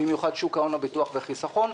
במיוחד בשוק ההון הביטוח והחיסכון,